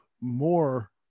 more